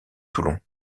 toulon